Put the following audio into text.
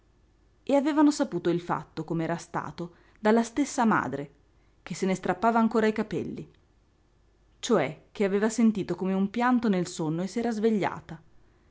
e avevano saputo il fatto com'era stato dalla stessa madre che se ne strappava ancora i capelli cioè che aveva sentito come un pianto nel sonno e s'era svegliata